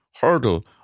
hurdle